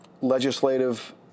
legislative